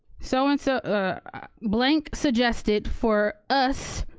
so and so blank suggested for us,